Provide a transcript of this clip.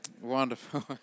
Wonderful